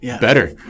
better